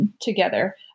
together